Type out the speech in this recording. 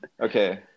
Okay